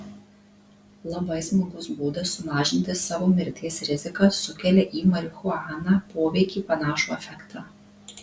labai smagus būdas sumažinti savo mirties riziką sukelia į marihuaną poveikį panašų efektą